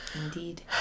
indeed